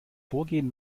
vorgehen